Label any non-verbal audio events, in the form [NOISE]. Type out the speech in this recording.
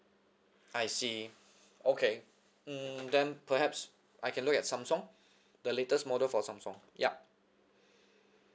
I see okay mm then perhaps I can look at samsung [BREATH] the latest model for samsung ya [BREATH]